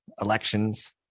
elections